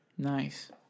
Nice